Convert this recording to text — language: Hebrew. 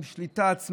עם שליטה עצמית,